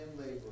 labor